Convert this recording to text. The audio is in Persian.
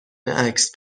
عکس